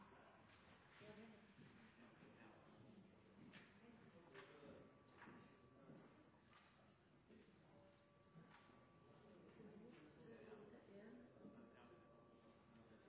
da er